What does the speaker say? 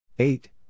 eight